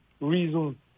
reason